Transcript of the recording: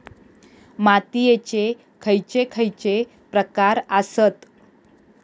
मातीयेचे खैचे खैचे प्रकार आसत?